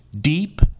deep